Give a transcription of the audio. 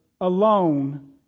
alone